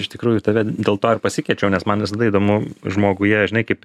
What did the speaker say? iš tikrųjų tave dėl to ir pasikviečiau nes man visada įdomu žmoguje žinai kaip